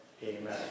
Amen